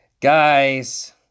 guys